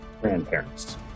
grandparents